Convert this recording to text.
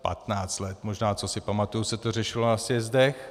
patnáct let možná, co si pamatuji, se to řešilo na sjezdech.